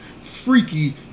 freaky